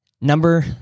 Number